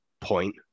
point